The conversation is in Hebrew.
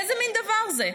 איזה מין דבר זה?